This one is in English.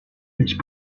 which